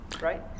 right